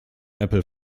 apple